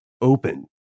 open